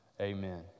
Amen